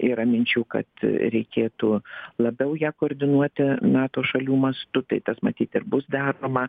yra minčių kad reikėtų labiau ją koordinuoti nato šalių mastu tai tas matyt ir bus daroma